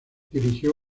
dirigió